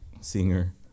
singer